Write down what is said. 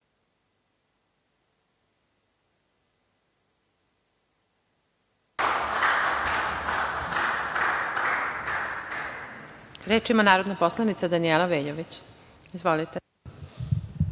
Reč ima narodna poslanica Danijela Veljović. Izvolite.